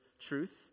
truth